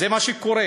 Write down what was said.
זה מה שקורה.